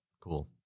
Cool